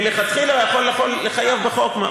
מלכתחילה המחוקק יכול לחייב בחוק,